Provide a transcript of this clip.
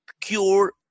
cure